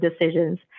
decisions